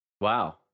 Wow